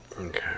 Okay